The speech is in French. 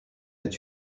est